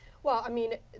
well, i mean,